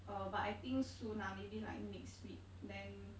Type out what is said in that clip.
uh but I think soon lah maybe like next week then